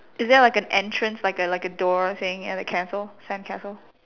is there like an entrance like a like a door staying the castle sandcastle